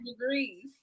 degrees